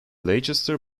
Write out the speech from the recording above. leicester